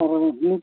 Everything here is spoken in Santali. ᱟᱨᱚ ᱡᱤᱞ